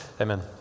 Amen